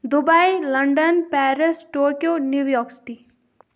Dubai London Paris Tokyo New York City